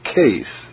case